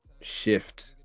shift